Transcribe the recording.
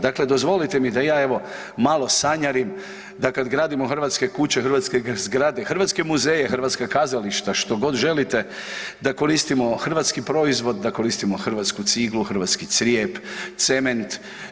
Dakle, dozvolite mi da ja evo malo sanjarim da kada gradimo hrvatske kuće, hrvatske zgrade, hrvatske muzeje, hrvatska kazališta, što god želimo da koristimo hrvatski proizvod, da koristimo hrvatsku ciglu, hrvatsku crijep, cement.